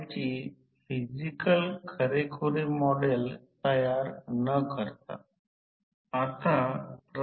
मग V V1 V2 मिळाल्यास नंतर काय करायचे